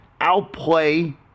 outplay